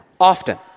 often